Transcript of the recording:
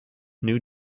new